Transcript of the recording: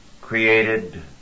created